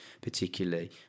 particularly